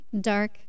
dark